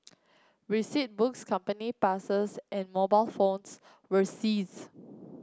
receipt books company passes and mobile phones were seized